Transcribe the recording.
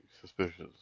suspicious